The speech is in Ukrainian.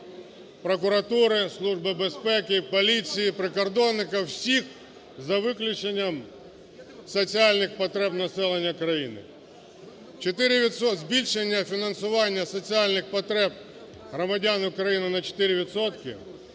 прокуратури, Служби безпеки, поліції, прикордонників, всіх, за виключенням соціальних потреб населення країни. Збільшення фінансування соціальних потреб громадян України на 4